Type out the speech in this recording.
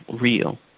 real